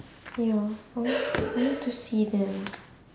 ya I want I want to see them